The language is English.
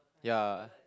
ya